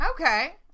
Okay